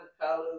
colors